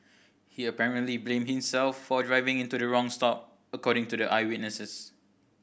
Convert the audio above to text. he apparently blamed himself for driving into the wrong stop according to the eyewitness